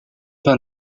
示范